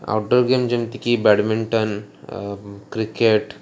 outdoor game ଯେମିତିକି badminton cricket